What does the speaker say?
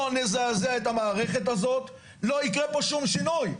לא נזעזע את המערכת הזאת, לא יקרה פה שום שינוי.